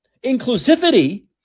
Inclusivity